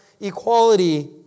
equality